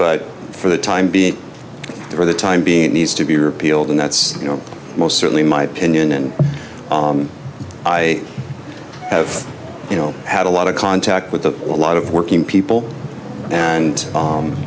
but for the time being for the time being needs to be repealed and that's you know most certainly my opinion and i have you know had a lot of contact with a lot of working people and